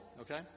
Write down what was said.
Okay